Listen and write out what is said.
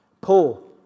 Paul